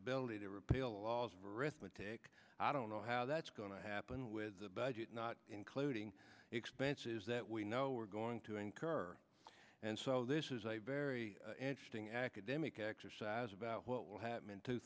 ability to repeal laws of arithmetic i don't know how that's going to happen with the budget not including expenses that we know are going to a kerr and so this is a very interesting academic exercise about what will happen in two